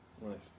Right